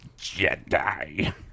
Jedi